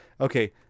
Okay